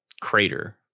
crater